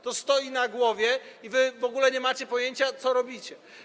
To stoi na głowie i wy w ogóle nie macie pojęcia, co robicie.